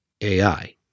AI